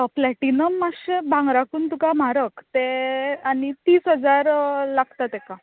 platinum मातशें भांगराकून तुका म्हारग ते आनी तीस हजार लागता तेका